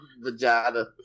vagina